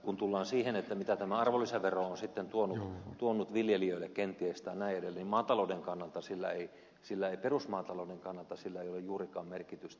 kun tullaan siihen mitä tämä arvonlisävero on sitten tuonut viljelijöille kenties tai näin edelleen niin perusmaatalouden kannalta sillä ei ole juurikaan merkitystä